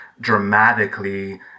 dramatically